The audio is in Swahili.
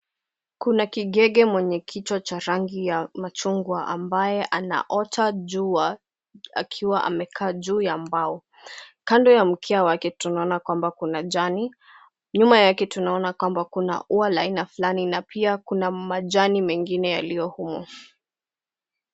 Kuna kigege mwenye kichwa cha rangi ya machungwa ambaye anaota jua akiwa amekaa juu ya mbao. Kando ya mkia wake tunaona kwamba kuna jani. Nyuma yake tunaona kwamba kuna ua la aina fulani na pia kuna majani mengine yaliyo humo.